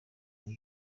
ijya